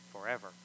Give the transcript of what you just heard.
forever